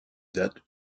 date